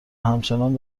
همچنان